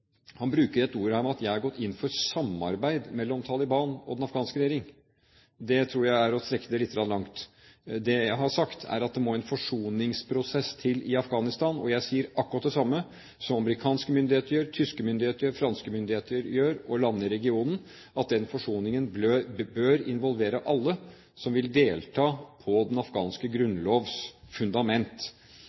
han bruker et ord her, om at jeg har gått inn for «et samarbeid» mellom Taliban og den afghanske regjering. Det tror jeg er å trekke det litt langt. Det jeg har sagt, er at det må en forsoningsprosess til i Afghanistan, og jeg sier akkurat det samme som amerikanske, tyske og franske myndigheter gjør, og landene i regionen, at den forsoningen bør involvere alle som vil delta på den afghanske grunnlovs fundament.